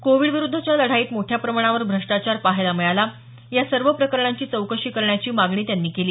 covid विरुद्धच्या लढाईत मोठ्या प्रमाणावर भ्रष्टाचार पहायला मिळाला या सर्व प्रकरणांची चौकशी करण्याची मागणी त्यांनी केली